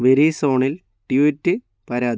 വെരിസോണിൽ tweet പരാതി